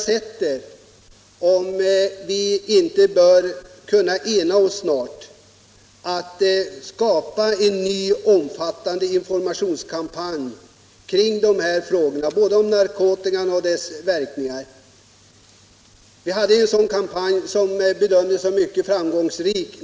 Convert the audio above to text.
I detta avseende undrar jag om vi inte snart bör kunna ena oss om en ny, omfattande informationskampanj om narkotikan och dess verkningar. Vi hade 1969 en sådan kampanj, som bedömdes som mycket framgångsrik.